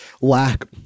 lack